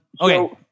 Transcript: Okay